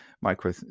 micro